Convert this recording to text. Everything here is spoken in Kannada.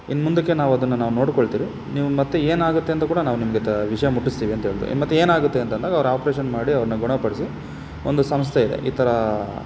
ಇನ್ನು ಮುಂದಕ್ಕೆ ನಾವು ಅದನ್ನು ನಾವು ನೋಡಿಕೊಳ್ತೀವಿ ನೀವು ಮತ್ತೆ ಏನಾಗುತ್ತೆ ಅಂತ ಕೂಡ ನಾವು ನಿಮಗೆ ತ ವಿಷಯ ಮುಟ್ಟಿಸ್ತೀವಿ ಅಂತ ಮತ್ತೆ ಏನಾಗುತ್ತೆ ಅಂತ ಅಂದಾಗ ಅವ್ರು ಆಪ್ರೇಷನ್ ಮಾಡಿ ಅವ್ರನ್ನ ಗುಣಪಡಿಸಿ ಒಂದು ಸಂಸ್ಥೆ ಇದೆ ಈ ಥರ